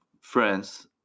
friends